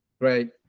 Great